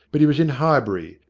but he was in highbury,